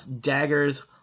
daggers